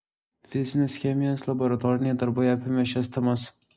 fizinės chemijos laboratoriniai darbai apėmė šias temas